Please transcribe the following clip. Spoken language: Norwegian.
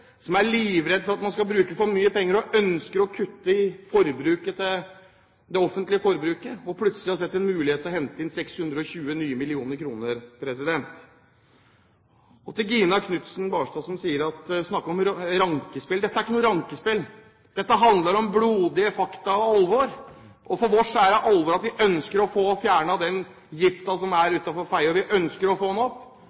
som er livredd for at man skal bruke for mye penger, som ønsker å kutte i det offentlige forbruket, og som plutselig har sett en mulighet til å hente inn nye 620 mill. kr. Til Gina Knutson Barstad som snakker om «renkespill»: Dette er ikke noe renkespill. Dette handler om blodige fakta og alvor. For oss er det alvor at vi ønsker å få fjernet giften utenfor Fedje, og vi ønsker å få den